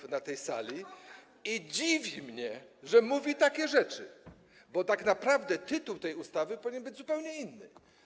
I dziwi mnie, że mówi takie rzeczy, bo tak naprawdę tytuł tej ustawy powinien być zupełnie inny.